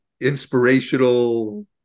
inspirational